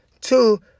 Two